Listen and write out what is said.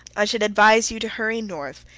i should advise you to hurry north,